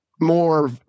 more